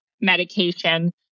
medication